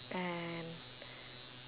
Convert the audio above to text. and